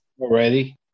Already